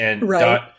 Right